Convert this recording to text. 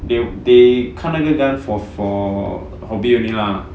they they 看那个 gun for for hobby only lah